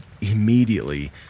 immediately